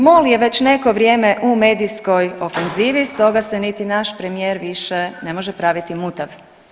MOL je već neko vrijeme u medijskoj ofenzivi, stoga se niti naš premijer više ne može praviti mutav.